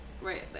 Right